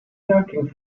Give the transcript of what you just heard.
lurking